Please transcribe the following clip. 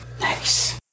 Nice